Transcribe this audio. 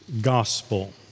Gospel